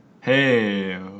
Hey